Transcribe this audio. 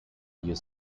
you